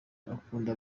ukunda